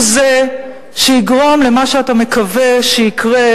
הוא שיגרום למה שאתה מקווה שיקרה,